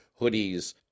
hoodies